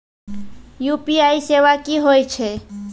UPI सेवा की होय छै?